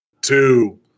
two